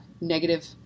negative